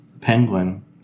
Penguin